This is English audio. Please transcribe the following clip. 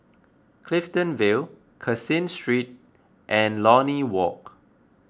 Clifton Vale Caseen Street and Lornie Walk